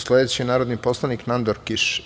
Sledeći je narodni poslanik Nandor Kiš.